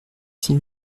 six